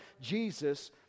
Jesus